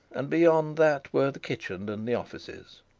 and beyond that were the kitchen and the offices.